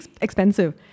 expensive